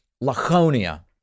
Laconia